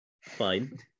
Fine